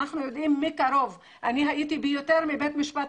אנחנו יודעים מקרוב אני הייתי ביותר מבית משפט